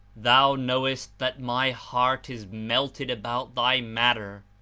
thou knowest that my heart is melted about thy matter,